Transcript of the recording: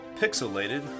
Pixelated